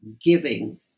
giving